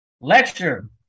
lecture